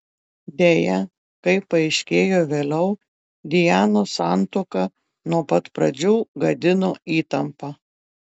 deja kaip paaiškėjo vėliau dianos santuoką nuo pat pradžių gadino įtampa